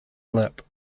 lip